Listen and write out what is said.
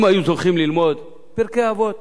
אם היו זוכים ללמוד פרקי אבות